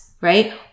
right